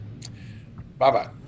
Bye-bye